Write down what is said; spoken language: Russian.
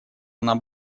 она